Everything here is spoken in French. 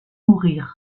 nourrir